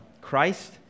Christ